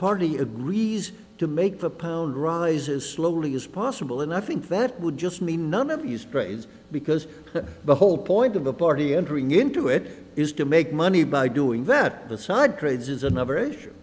party agrees to make the pound rises slowly as possible and i think that would just mean none of us trades because the whole point of a party entering into it used to make money by doing that the side trades is another issue